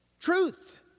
truth